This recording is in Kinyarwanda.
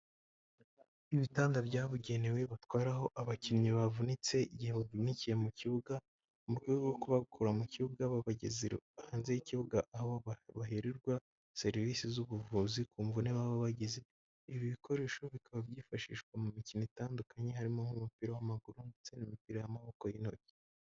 Ibitanda byabugenewe batwararaho abakinnyi bavunitse igihe bavunikiye mu kibuga, mu rwego rwo kubakura mu kibuga babageze hanze y'ikibuga aho bahererwa serivisi z'ubuvuzi ku mvune baba bagize, ibi bikoresho bikaba byifashishwa mu mikino itandukanye harimo nk'umupira w'amaguru ndetse n'imipira y'amaboko y'intoki.